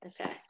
Okay